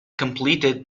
completed